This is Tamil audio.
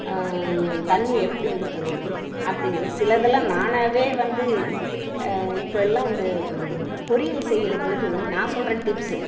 தண்ணி எப்படி ஊற்றணும் அப்படிங்கிறது சிலதெல்லாம் நானாவே வந்து இப்போ எல்லாம் இந்த பொரியல் செய்கிற பொழுது நான் சொல்கிற டிப்ஸு